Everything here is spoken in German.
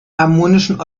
harmonischen